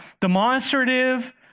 demonstrative